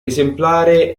esemplare